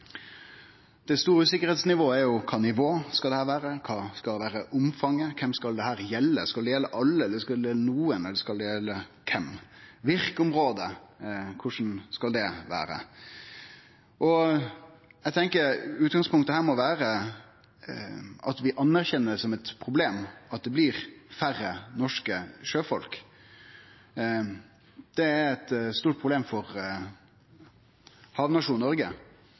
Det store sikkerheitsspørsmålet er jo kva nivå dette skal vere på. Kva skal omfanget vere, og kven skal dette gjelde for? Skal det gjelde alle eller nokon – eller kven? Korleis skal virkeområdet vere? Eg tenkjer at utgangspunktet her må vere at vi anerkjenner som eit problem at det blir færre norske sjøfolk. Det er eit stort problem for havnasjonen Noreg,